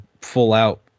full-out